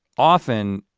often